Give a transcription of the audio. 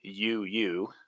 UU